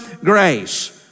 grace